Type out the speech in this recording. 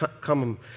come